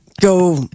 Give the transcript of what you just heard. go